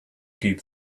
keep